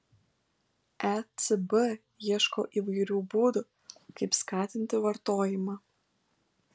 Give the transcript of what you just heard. ecb ieško įvairių būdų kaip skatinti vartojimą